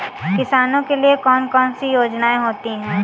किसानों के लिए कौन कौन सी योजनायें होती हैं?